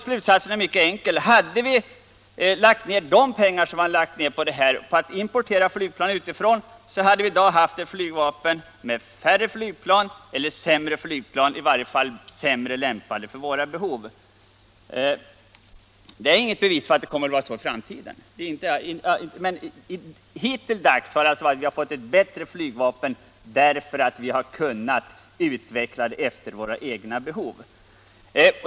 Slutsatsen är mycket enkel: hade vi lagt ner de pengar som vi lagt på Viggen på att i stället importera flygplan utifrån, så hade vi i dag haft ett flygvapen med färre flygplan eller sämre flygplan, i varje fall flygplan sämre lämpade för våra behov. Det är inget bevis för att det kommer att vara så i framtiden, men hittilldags har vi alltså fått ett bättre flygvapen därför att vi har kunnat utveckla det efter våra egna behov.